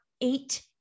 eight